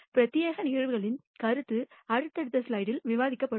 பிரத்தியேக நிகழ்வுகளின் கருத்து அடுத்தடுத்த ஸ்லைடில் விவாதிக்கப்படும்